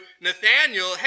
Nathaniel